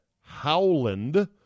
Howland